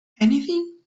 anything